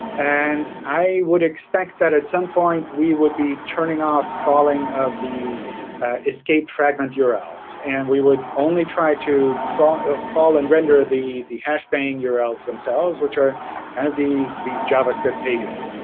and i would expect that at some point, we would be turning off crawling of the escape fragment yeah urls. and we would only try to crawl crawl and render the the hash paying yeah urls themselves, which are kind of these javascript pages.